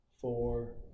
four